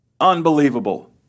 Unbelievable